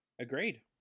Agreed